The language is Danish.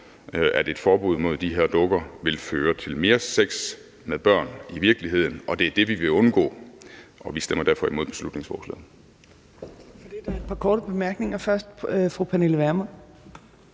at et forbud mod de her dukker vil føre til mere sex børn i virkeligheden, og det er det, vi vil undgå, og vi stemmer derfor imod beslutningsforslaget.